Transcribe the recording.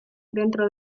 dentro